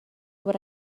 what